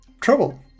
Trouble